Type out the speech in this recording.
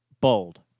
bold